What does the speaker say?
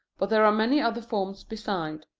but there are many other forms beside.